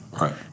Right